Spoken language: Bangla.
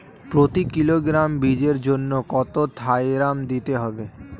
প্রতি কিলোগ্রাম বীজের জন্য কত থাইরাম দিতে হবে?